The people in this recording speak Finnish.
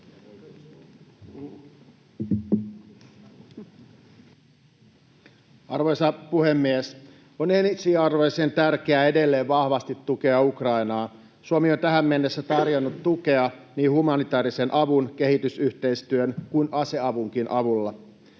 Arvoisa puhemies! On ensiarvoisen tärkeää edelleen vahvasti tukea Ukrainaa. Suomi on tähän mennessä tarjonnut tukea niin humanitäärisen avun, kehitysyhteistyön kuin aseavunkin avulla,